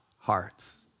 hearts